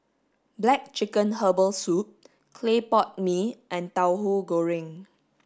black chicken herbal soup clay pot mee and Tauhu Goreng